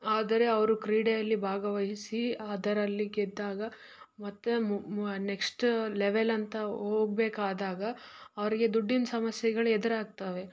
ಆದರೆ ಅವರು ಕ್ರೀಡೆಯಲ್ಲಿ ಭಾಗವಹಿಸಿ ಅದರಲ್ಲಿ ಗೆದ್ದಾಗ ಮತ್ತು ನೆಕ್ಸ್ಟ್ ಲೆವೆಲ್ ಅಂತ ಹೋಗ್ಬೇಕಾದಾಗ ಅವ್ರಿಗೆ ದುಡ್ಡಿನ ಸಮಸ್ಯೆಗಳೆದುರಾಗ್ತವೆ